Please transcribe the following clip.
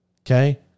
Okay